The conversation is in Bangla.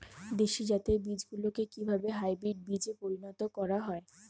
দেশি জাতের বীজগুলিকে কিভাবে হাইব্রিড বীজে পরিণত করা হয়?